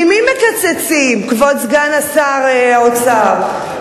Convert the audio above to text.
ממי מקצצים, כבוד סגן שר האוצר?